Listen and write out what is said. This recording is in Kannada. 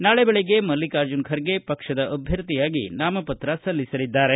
ನಾಳೆ ಬೆಳಿಗ್ಗೆ ಮಲ್ಲಿಕಾರ್ಜುನ ಖರ್ಗೆ ಪಕ್ಷದ ಅಭ್ಯರ್ಥಿಯಾಗಿ ನಾಮಪತ್ರ ಸಲ್ಲಿಸಲಿದ್ದಾರೆ